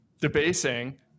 debasing